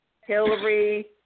Hillary